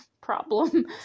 problem